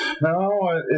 No